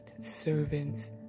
servants